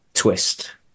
Twist